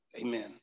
amen